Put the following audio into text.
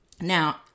Now